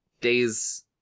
days